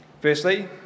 Firstly